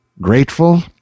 Grateful